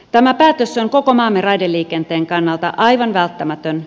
tämä päätös on koko maamme raideliikenteen kannalta aivan välttämätön